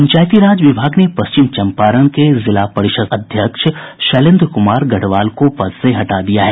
पंचायती राज विभाग ने पश्चिम चंपारण के जिला परिषद अध्यक्ष शैलेन्द्र कुमार गढ़वाल को पद से हटा दिया है